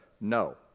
No